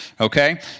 okay